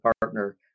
partner